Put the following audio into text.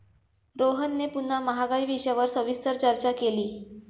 रोहनने पुन्हा महागाई विषयावर सविस्तर चर्चा केली